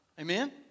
Amen